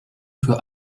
für